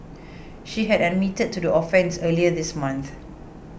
she had admitted to the offences earlier this month